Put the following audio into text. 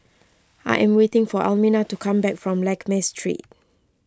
I am waiting for Elmina to come back from Lakme Street